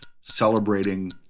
celebrating